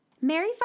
Mary